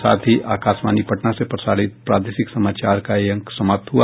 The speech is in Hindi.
इसके साथ ही आकाशवाणी पटना से प्रसारित प्रादेशिक समाचार का ये अंक समाप्त हुआ